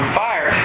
fire